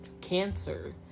Cancer